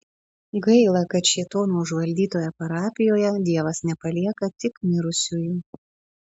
gaila kad šėtono užvaldytoje parapijoje dievas nepalieka tik mirusiųjų